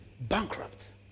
bankrupt